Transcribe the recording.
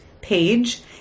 page